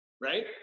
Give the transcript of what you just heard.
right